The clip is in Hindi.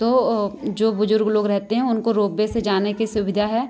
तो जो बुजुर्ग लोग रहते हैं उनको रोपबे से जाने की सुविधा है